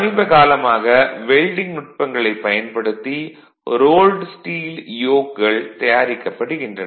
சமீபகாலமாக வெல்டிங் நுட்பங்களைப் பயன்படுத்தி ரோல்டு ஸ்டீல் யோக் கள் தயாரிக்கப்படுகின்றன